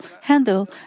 handle